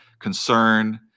concern